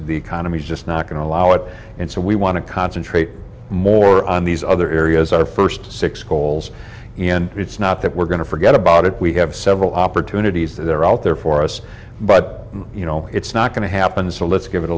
the economy is just not going to allow it and so we want to concentrate more on these other areas our first six goals in it's not that we're going to forget about it we have several opportunities that are out there for us but you know it's not going to happen so let's give it a